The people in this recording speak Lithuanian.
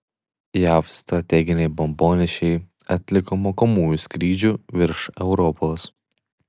jav strateginiai bombonešiai atliko mokomųjų skrydžių virš europos